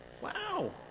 Wow